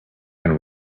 and